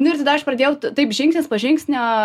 nu ir tada aš pradėjau taip žingsnis po žingsnio